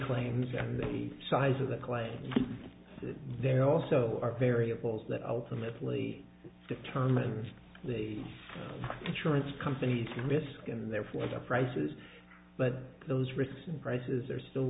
claims and the size of the claim there also are variables that ultimately determines the insurance companies misc and therefore the prices but those risks and prices are still